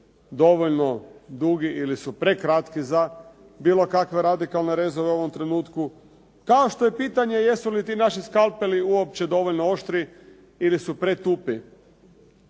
dovoljno dugi ili prekratki za bilo kakve radikalne rezove u ovom trenutku? Kao što je pitanje jesu li ti naši skalpeli uopće dovoljno oštri ili su pretupi?